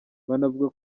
banavuga